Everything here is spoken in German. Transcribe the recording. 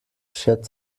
schert